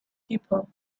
people